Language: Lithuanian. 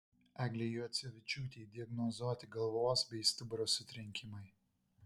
eglei juocevičiūtei diagnozuoti galvos bei stuburo sutrenkimai